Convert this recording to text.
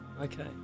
Okay